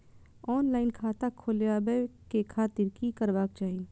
Online खाता खोलाबे के खातिर कि करबाक चाही?